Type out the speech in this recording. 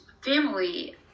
family